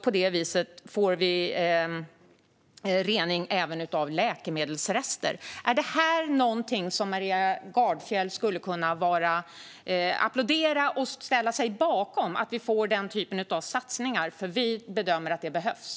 På det viset får vi rening även av läkemedelsrester. Skulle Maria Gardfjell kunna applådera och ställa sig bakom att vi får den typen av satsningar? Vi bedömer att det behövs.